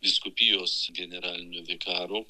vyskupijos generaliniu vikaru